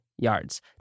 Yards